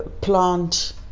plant